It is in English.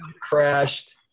crashed